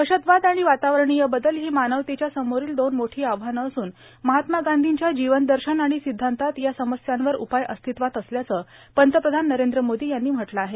दहशतवाद आणि वातावरणीय बदल ही मानवतेच्या समोरील दोन मोठी आव्हानं असून महात्मा गांधींच्या जीवनदर्शन आणि सिद्धांतात या समस्यांवर उपाय अस्तित्वात असल्याचं पंतप्रधान नरेंद्र मोदी यांनी म्हटलं आहे